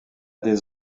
des